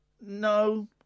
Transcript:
no